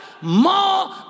more